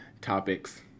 topics